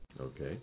Okay